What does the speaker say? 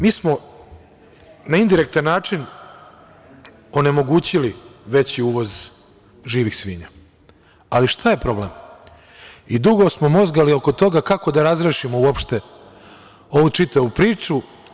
Mi smo na indirektan način onemogućili veći uvoz živih svinja, ali šta je problem i dugo smo mozgali oko toga kako da razrešimo uopšte ovu čitavu priču.